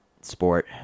sport